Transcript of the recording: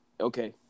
Okay